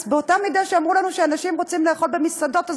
אז באותה מידה שאמרו לנו שאנשים רוצים לאכול במסעדות,